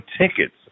tickets